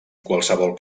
qualsevol